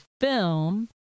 film